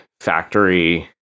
factory